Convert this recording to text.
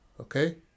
okay